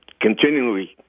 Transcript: continually